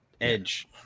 edge